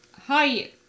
Hi